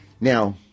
Now